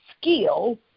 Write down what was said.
skill